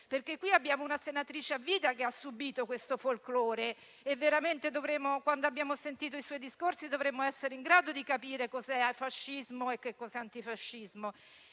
perché qui abbiamo una senatrice a vita che ha subito tale folklore e veramente, avendo sentito i suoi discorsi, dovremmo essere in grado di capire cos'è fascismo e cos'è antifascismo.